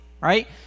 right